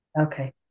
Okay